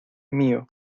mío